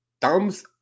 thumbs